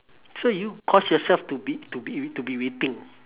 so you cause yourself to be to be to be waiting